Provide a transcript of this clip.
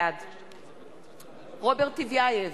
בעד רוברט טיבייב,